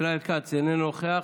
ישראל כץ, איננו נוכח.